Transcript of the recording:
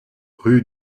rue